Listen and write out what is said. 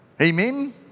Amen